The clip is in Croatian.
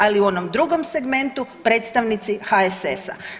Ali u onom drugom segmentu predstavnici HSS-a.